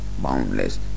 boundless